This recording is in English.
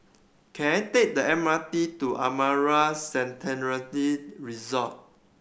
can I take the M R T to Amara Sanctuary Resort